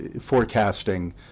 forecasting